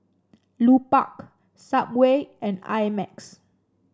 Lupark Subway and I Max